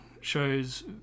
shows